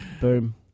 Boom